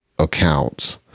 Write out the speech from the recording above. Accounts